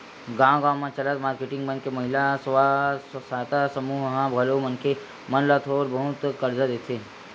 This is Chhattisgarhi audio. गाँव गाँव म चलत मारकेटिंग मन के महिला स्व सहायता समूह ह घलो मनखे मन ल थोर बहुत करजा देथे